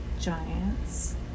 giants